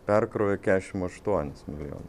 perkrovė kesšim aštuonis milijonus